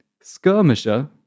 Skirmisher